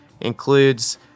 includes